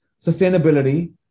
sustainability